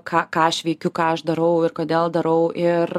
ką ką aš veikiu ką aš darau ir kodėl darau ir